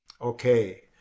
Okay